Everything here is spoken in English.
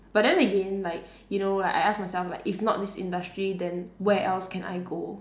but then again like you know like I ask myself like if not this industry then where else can I go